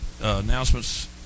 announcements